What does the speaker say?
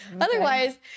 otherwise